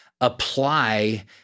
apply